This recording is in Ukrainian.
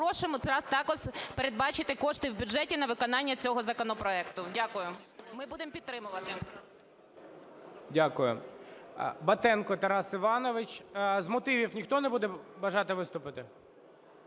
просимо також передбачити кошти в бюджеті на виконання цього законопроекту. Дякую. Ми будемо підтримувати. ГОЛОВУЮЧИЙ. Дякую. Батенко Тарас Іванович. З мотивів ніхто не буде бажати виступити?